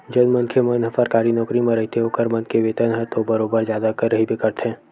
जउन मनखे मन ह सरकारी नौकरी म रहिथे ओखर मन के वेतन ह तो बरोबर जादा रहिबे करही